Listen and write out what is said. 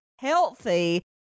healthy